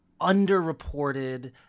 underreported